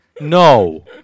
No